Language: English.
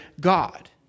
God